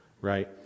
right